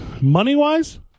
Money-wise